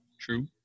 True